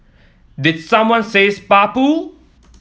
did someone say spa pool